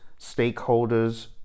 stakeholders